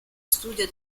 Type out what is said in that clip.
studio